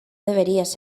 deberías